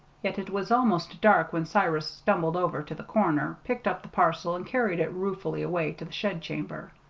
yet it was almost dark when cyrus stumbled over to the corner, picked up the parcel, and carried it ruefully away to the shed-chamber.